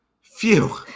phew